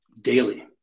Daily